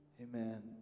Amen